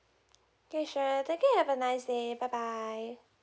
okay sure thank you and have a nice day bye bye